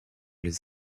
les